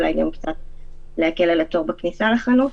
אולי גם קצת להקל על התור בכניסה לחנות,